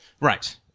Right